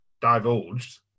divulged